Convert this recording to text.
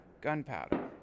gunpowder